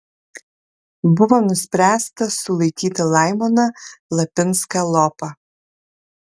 buvo nuspręsta sulaikyti laimoną lapinską lopą